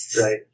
right